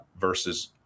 versus